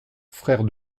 frère